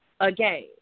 again